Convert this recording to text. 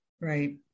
Right